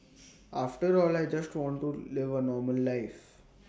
after all I just want to live A normal life